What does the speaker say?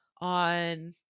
on